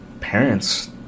parents